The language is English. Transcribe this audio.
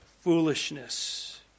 foolishness